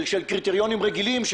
של קריטריונים רגילים,